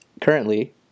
currently